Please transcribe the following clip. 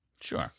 Sure